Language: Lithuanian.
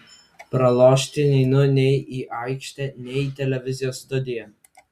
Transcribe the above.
pralošti neinu nei į aikštę nei į televizijos studiją